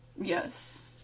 Yes